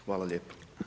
Hvala lijepo.